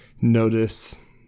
notice